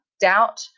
doubt